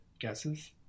guesses